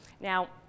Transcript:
Now